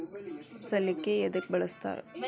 ಸಲಿಕೆ ಯದಕ್ ಬಳಸ್ತಾರ?